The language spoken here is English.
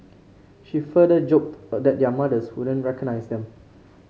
she further joked that their mothers wouldn't recognise them